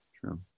True